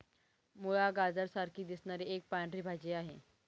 मुळा, गाजरा सारखी दिसणारी एक पांढरी भाजी आहे